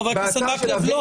חבר הכנסת מקלב לא.